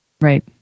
Right